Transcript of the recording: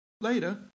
Later